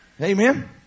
Amen